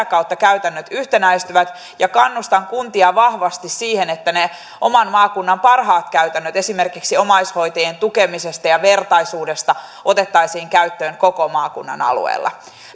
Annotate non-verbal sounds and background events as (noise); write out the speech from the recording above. (unintelligible) kautta käytännöt yhtenäistyvät kannustan kuntia vahvasti siihen että ne oman maakunnan parhaat käytännöt esimerkiksi omaishoitajien tukemisesta ja vertaisuudesta otettaisiin käyttöön koko maakunnan alueella